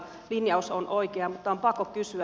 linjaus on oikea mutta on pakko kysyä